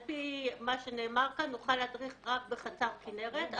על פי מה שנאמר כאן נוכל להדריך רק בחצר כנרת,